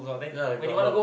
ya we got along